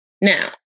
Now